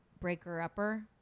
breaker-upper